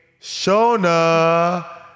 Shona